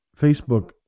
Facebook